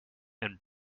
and